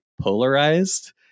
polarized